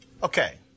Okay